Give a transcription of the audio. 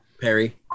Perry